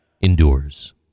endures